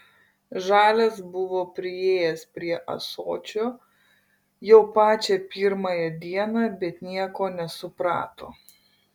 žalias buvo priėjęs prie ąsočio jau pačią pirmąją dieną bet nieko nesuprato